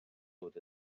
dod